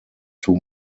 too